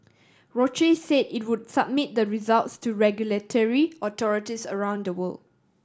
Roche say it would submit the results to regulatory authorities around the world